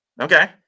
okay